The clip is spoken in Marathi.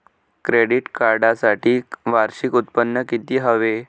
क्रेडिट कार्डसाठी वार्षिक उत्त्पन्न किती हवे?